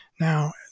Now